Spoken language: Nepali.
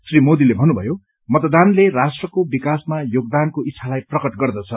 श्री मोदीले भन्नुभयो मतदाता राष्ट्रको विकासमा योगदानको इच्छालाई प्रकट गर्दछ